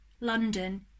London